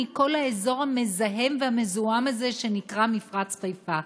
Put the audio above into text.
מכל האזור המזהם והמזוהם הזה שנקרא מפרץ חיפה.